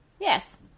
Yes